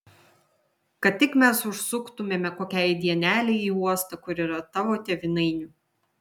kad tik mes užsuktumėme kokiai dienelei į uostą kur yrą tavo tėvynainių